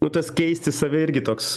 nu tas keistis irgi toks